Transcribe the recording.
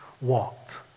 walked